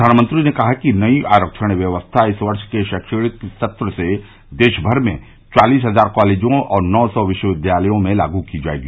प्रधानमंत्री ने कहा कि नई आरक्षण व्यवस्था इस वर्ष के शैक्षणिक सत्र से देशभर में चालीस हजार कॉलेजों और नौ सौ विश्वविद्यालयों में लागू की जाएगी